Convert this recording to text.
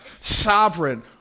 sovereign